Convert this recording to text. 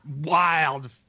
wild